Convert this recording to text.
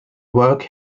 work